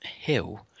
Hill